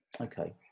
Okay